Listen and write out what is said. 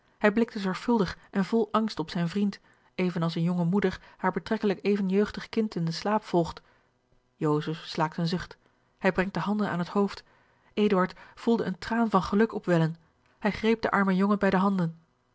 hij blikte zorgvuldig en vol angst op zijn vriend even als eene jonge moeder haar betrekkelijk even jeugdig kind in den slaap volgt joseph slaakt een zucht hij brengt de handen aan het hoofd eduard voelde een traan van geluk opwellen hij greep den armen jongen bij de handen